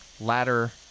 ladder